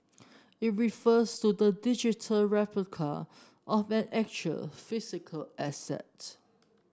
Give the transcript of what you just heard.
it refers to the digital replica of an actual physical asset